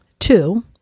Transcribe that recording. Two